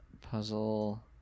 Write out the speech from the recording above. puzzle